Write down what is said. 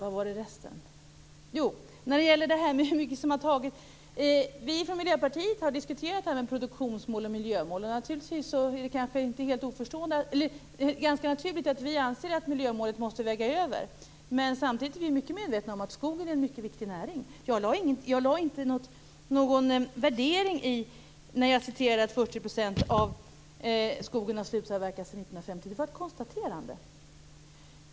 När det gäller hur mycket som har tagits ut vill jag säga att vi i Miljöpartiet har diskuterat produktionsmål och miljömål. Det är ganska naturligt att vi anser att miljömålet måste få väga över, men vi är samtidigt mycket medvetna om att skogen är en mycket viktig näring. Jag lade inte in någon värdering när jag anförde att 40 % av skogen har slutavverkats sedan 1950. Det var ett konstaterande.